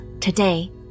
today